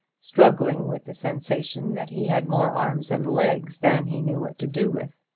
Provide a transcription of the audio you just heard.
struggling with the sensation that he had more arms and legs than he knew what to do with.